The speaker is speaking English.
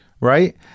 Right